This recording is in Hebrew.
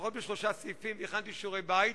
לפחות בשלושה סעיפים הכנתי שיעורי-בית.